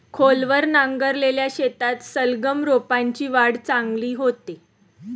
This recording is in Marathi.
खोलवर नांगरलेल्या शेतात सलगम रोपांची वाढ चांगली होते